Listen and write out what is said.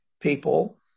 people